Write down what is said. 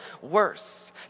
worse